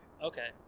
Okay